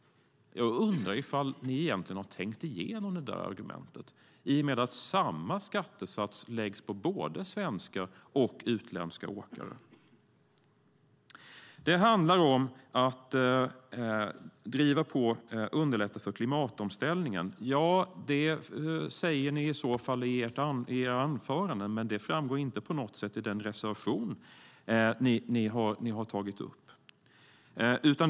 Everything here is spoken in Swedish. Jag undrar om ni egentligen har tänkt igenom detta argument i och med att samma skattesats läggs på både svenska och utländska åkare. Det sägs att det handlar om att driva på och underlätta för klimatomställningen. Det säger ni i så fall i era anföranden, men det framgår inte på något sätt av er reservation.